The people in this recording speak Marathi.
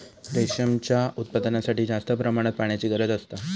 रेशीमच्या उत्पादनासाठी जास्त प्रमाणात पाण्याची गरज असता